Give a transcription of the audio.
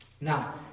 Now